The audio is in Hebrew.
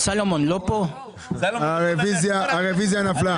הצבעה הרוויזיה נדחתה הרוויזיה נפלה.